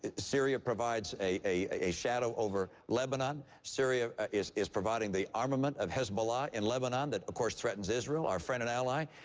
syria provides a a shadow over lebanon. syria is is providing the armament of hezbollah in lebanon that, of course, threatens israel, our friend and ally.